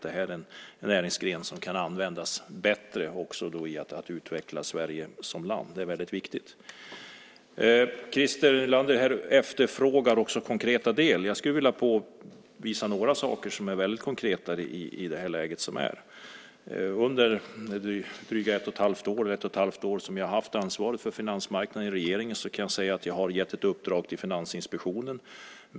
Det här är en näringsgren som kan användas bättre också för att utveckla Sverige som land. Christer Nylander efterfrågar konkreta delar. Jag skulle vilja visa på några konkreta saker. Under det drygt ett och ett halvt år som jag har haft ansvaret för finansmarknaden i regeringen har jag gett ett uppdrag till Finansinspektionen.